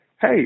Hey